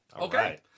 Okay